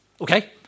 Okay